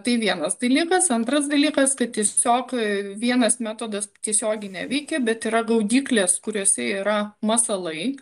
tai vienas dalykas antras dalykas kad tiesiog vienas metodas tiesiogiai neveikia bet yra gaudyklės kuriose yra masalai